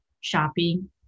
shopping